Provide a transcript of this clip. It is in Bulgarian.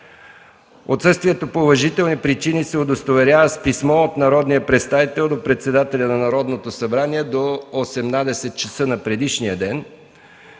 Отсъствието по уважителни причини се удостоверява с писмо от народния представител до председателя на Народното събрание до 18,00 часа на предишния ден.